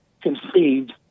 conceived